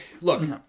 look